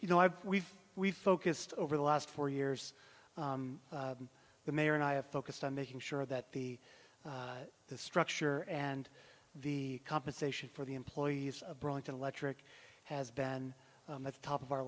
you know i've we've we've focused over the last four years the mayor and i have focused on making sure that the the structure and the compensation for the employees of brockton electric has been at the top of our